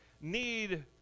need